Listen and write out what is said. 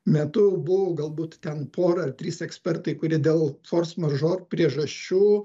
metu buvo galbūt ten pora ar trys ekspertai kurie dėl force majeure priežasčių